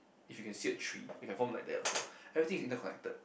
if you can see a tree you can form like that also everything is interconnected